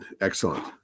Excellent